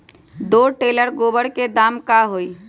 दो टेलर गोबर के दाम का होई?